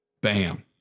Bam